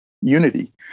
unity